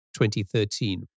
2013